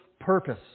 purpose